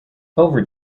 over